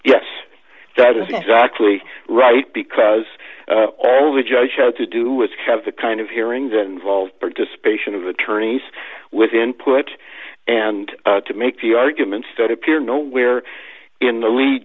yes that is exactly right because all the judge had to do was have a kind of hearing that involved participation of attorneys with input and to make the arguments that appear nowhere in the lea